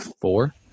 four